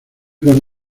con